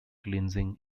cleansing